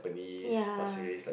ya